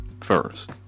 first